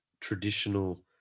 traditional